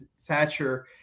Thatcher